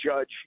judge